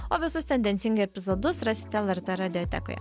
o visus tendencingai epizodus rasite lrt radiotekoje